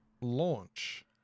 launch